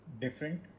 different